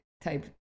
type